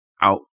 out